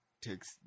takes